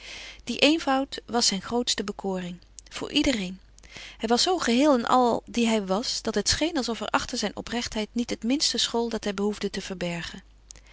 die eenvoud was zijn grootste bekoring voor iedereen hij was zoo geheel en al die hij was dat het scheen alsof er achter zijn oprechtheid niet het minste school dat hij behoefde te verbergen